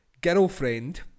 girlfriend